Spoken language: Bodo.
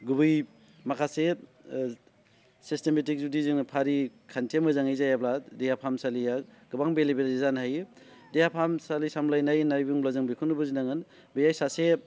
गुबै माखासे सिस्टेमेटिक जुदि जोङो फारिखान्थिया मोजाङै जायाब्ला देहा फाहामसालिया गोबां बेलेबेजे जानो हायो देहा फाहामसालि सामलायनाय होनना बुंब्ला जों बेखौनो बुजिनांगोन बे सासे